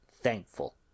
thankful